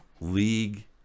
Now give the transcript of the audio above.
league